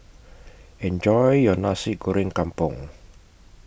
Enjoy your Nasi Goreng Kampung